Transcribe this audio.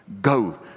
Go